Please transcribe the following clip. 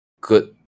good